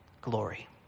glory